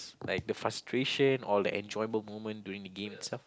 like the frustration or the enjoyable moment during the game itself